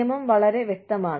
നിയമം വളരെ വ്യക്തമാണ്